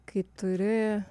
kai turi